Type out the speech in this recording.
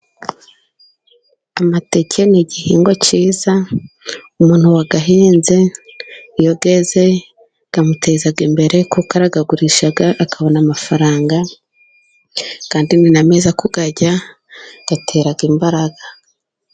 Amateke ni igihingwa cyiza umuntu wayahinze, iyo yeze amuteza imbere, kuko arayagurisha, akabona amafaranga, kandi ni meza kuyarya, atera imbaraga.